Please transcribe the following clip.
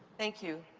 thank you.